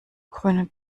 grünen